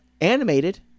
animated